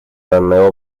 данной